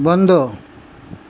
বন্ধ